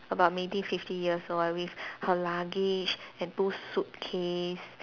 about maybe fifty years old ah with her luggage and two suitcase